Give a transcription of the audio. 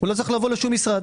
לא צריך לבוא לשום משרד.